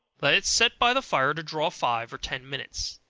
let it set by the fire to draw five or ten minutes.